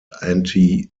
anti